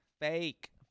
fake